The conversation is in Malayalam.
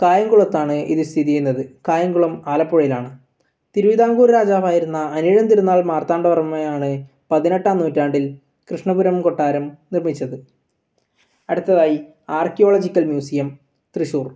കായംകുളത്താണ് ഇത് സ്ഥിതിചെയ്യുന്നത് കായംകുളം ആലപ്പുഴയിലാണ് തിരുവിതാംകൂർ രാജാവായിരുന്ന അനിഴം തിരുനാൾ മാർത്താണ്ഡ വർമ്മയാണ് കൃഷ്ണപുരം കൊട്ടാരം പണി കഴിപ്പിച്ചത് അടുത്തതായി ആർക്കിയോളജിക്കൽ മ്യൂസിയം തൃശ്ശൂർ